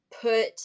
put